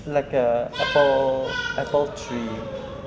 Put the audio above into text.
so like a apple apple tree